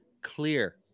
clear